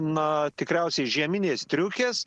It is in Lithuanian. na tikriausiai žieminės striukės